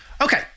Okay